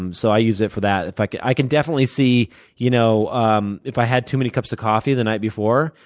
um so i use it for that. i can i can definitely see you know um if i had too many cups of coffee the night before.